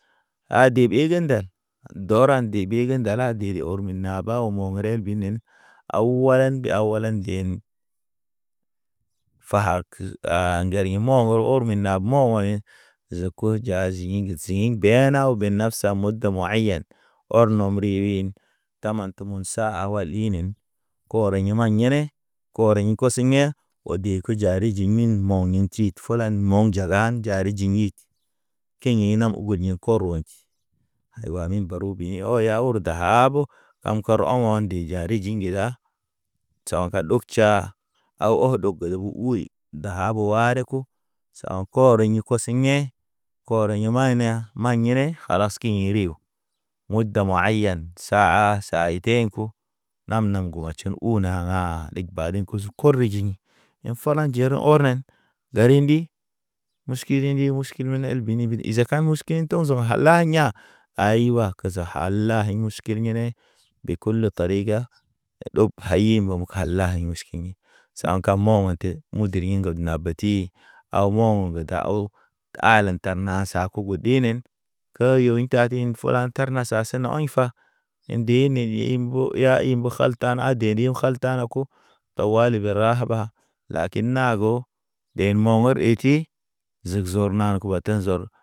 A deb igi nde dɔra nde ɓe ge ndala didi ɔr naba ɔmɔŋ rel binen, aw walan be aw walan nden. Faakə a ŋger ḭ mɔŋgɔ ɔr mi na mɔŋgɔnen zeko ja zihiŋge zihiiŋge. Be naw be nap sa mod myɛyɛn. Ɔr nom ririn taman tumun sa awal inen. Korɔ yeman yene korə ḭn koseŋ ɲe. Wo de ke jare jinmin mo̰ ne ti. Fulan mɔŋ jagan jari jiŋ kiŋ ɲi ɲinam ogod ye koro. Aywa amin baru bi o yaho dahabo, aŋ kɔr ɔŋ nde jari jiŋge da tʃa ɔŋ ka ɗog tʃa. Aw wɔ dogolo u uwe, dahabo ware ko. Sawa kɔrɲi kosiŋ yḛ. Kɔr ye maɲ neya maɲ ɲene kalas ke ḭ riw, muda ma hayan. Saa ha, saa etḛɲ ko. Nam- nam ŋgu a tʃen u naŋa baden kusu kori jiŋ. Ne fana jereŋ ɔrnen garindi muʃkilindi muʃkil mene el bini izaka muskin, kiŋ togze me hala ya̰. Aywa ke ze hala hine muʃkil ŋgine ɓe kulu tariga. Ɗob hayimbom kala in muʃ kine, swakan mɔhonte muderi ŋgew na ba ti. Aw mɔŋgɔge daho, te alen tar na sa kugu ɗinen, ke yoyin tatin fula tarna sa sene ɔɲ fa. In nde ne in mbo ya inmbo kalta, tana a deni m’kaltana ko. Tawali be rahaba, lakin nago ɗen mɔŋgɔ eti zigzɔr nan ke batane zɔr.